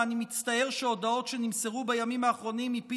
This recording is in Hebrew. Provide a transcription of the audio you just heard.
ואני מצטער שהודעות שנמסרו בימים האחרונים מפי